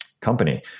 company